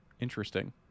Interesting